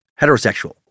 Heterosexual